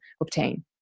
obtain